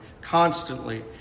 constantly